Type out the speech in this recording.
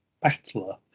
battler